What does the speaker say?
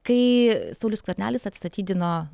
kai saulius skvernelis atstatydino